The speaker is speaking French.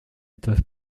peuvent